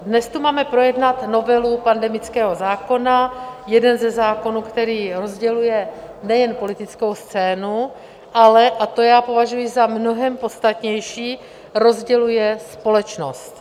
Dnes tu máme projednat novelu pandemického zákona, jeden ze zákonů, který rozděluje nejen politickou scénu, ale, a to já považuji za mnohem podstatnější, rozděluje společnost.